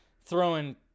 throwing